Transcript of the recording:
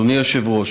אדוני היושב-ראש,